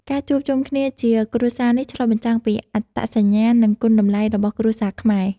ការជួបជុំគ្នាជាគ្រួសារនេះឆ្លុះបញ្ចាំងពីអត្តសញ្ញាណ និងគុណតម្លៃរបស់គ្រួសារខ្មែរ។